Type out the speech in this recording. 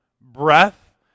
breath